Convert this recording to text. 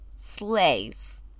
slave